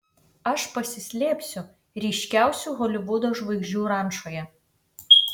aš pasislėpsiu ryškiausių holivudo žvaigždžių rančoje